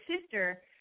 sister